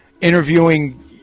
interviewing